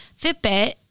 Fitbit